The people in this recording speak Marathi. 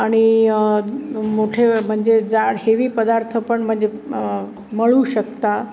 आणि मोठे म्हणजे जाड हेवी पदार्थ पण म्हणजे मळू शकता